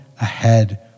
ahead